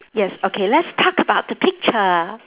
yes okay let's talk about the picture